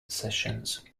sessions